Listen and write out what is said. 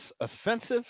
offensive